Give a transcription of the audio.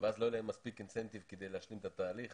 ואז לא יהיה להם מספיק אינסנטיב כדי להשלים את התהליך